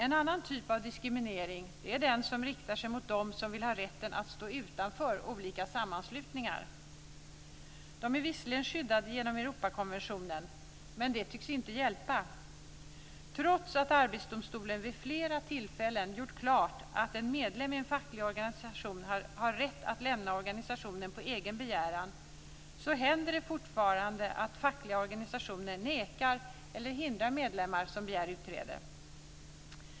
En annan typ av diskriminering är den som riktar sig mot dem som vill ha rätten att stå utanför olika sammanslutningar. De är visserligen skyddade genom Europakonventionen. Men det tycks inte hjälpa. Trots att Arbetsdomstolen vid flera tillfällen har gjort klart att en medlem i en facklig organisation har rätt att lämna organisationen på egen begäran händer det fortfarande att fackliga organisationer nekar eller hindrar medlemmar som begär utträde.